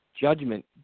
Judgment